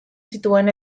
zituen